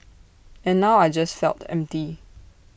and now I just felt empty